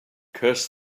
curse